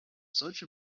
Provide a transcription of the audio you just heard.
such